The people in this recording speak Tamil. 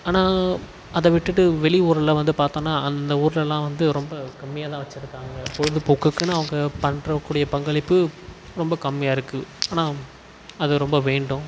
ஆனால் அதை விட்டுட்டு வெளி ஊரில் வந்து பார்த்தோம்னா அந்த ஊர்லேலாம் வந்து ரொம்ப கம்மியாக தான் வச்சிருக்காங்க பொழுதுபோக்குக்குனு அவங்க பண்ணுற கூடிய பங்களிப்பு ரொம்ப கம்மியாக இருக்குது ஆனால் அது ரொம்ப வேண்டும்